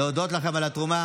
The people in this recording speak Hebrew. אני רוצה להודות לכם על התרומה,